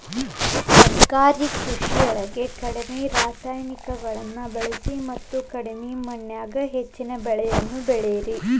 ತರಕಾರಿ ಕೃಷಿಯೊಳಗ ಕಡಿಮಿ ರಾಸಾಯನಿಕಗಳನ್ನ ಬಳಿಸಿ ಮತ್ತ ಕಡಿಮಿ ಮಣ್ಣಿನ್ಯಾಗ ಹೆಚ್ಚಿನ ಇಳುವರಿಯನ್ನ ಪಡಿಬೋದಾಗೇತಿ